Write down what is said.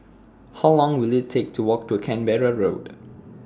How Long Will IT Take to Walk to Canberra Road